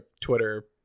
Twitter